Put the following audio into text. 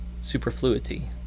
superfluity